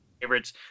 favorites